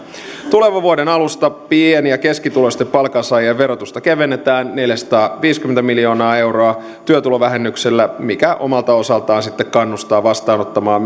tulevan vuoden alusta pieni ja keskituloisten palkansaajien verotusta kevennetään neljäsataaviisikymmentä miljoonaa euroa työtulovähennyksellä mikä omalta osaltaan sitten kannustaa vastaanottamaan